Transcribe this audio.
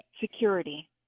Security